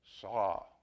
saw